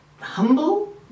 humble